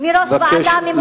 מראש ועדה ממונה.